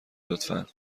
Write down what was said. لطفا